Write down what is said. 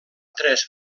tres